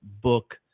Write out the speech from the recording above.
book